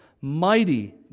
Mighty